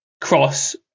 cross